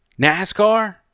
NASCAR